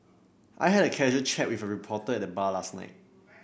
I had a casual chat with a reporter at the bar last night